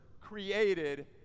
created